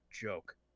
joke